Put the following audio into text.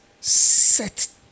set